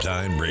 Time